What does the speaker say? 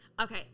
Okay